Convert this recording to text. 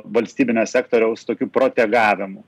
valstybinio sektoriaus tokiu protegavimu